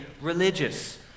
religious